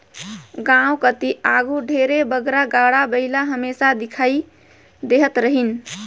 गाँव कती आघु ढेरे बगरा गाड़ा बइला हमेसा दिखई देहत रहिन